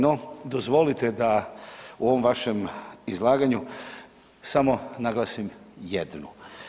No, dozvolite da u ovom vašem izlaganju samo naglasim jednu.